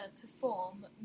perform